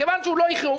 כיוון שהוא לא הכריע,